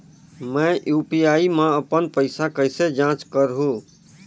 मैं यू.पी.आई मा अपन पइसा कइसे जांच करहु?